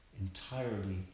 entirely